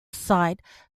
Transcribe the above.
site